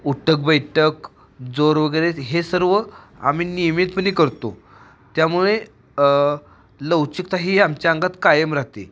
उठक बैठक जोर वगैरे हे सर्व आम्ही नियमितपणे करतो त्यामुळे लवचिकता ही आमच्या अंगात कायम राहते